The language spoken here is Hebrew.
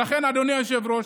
אדוני היושב-ראש,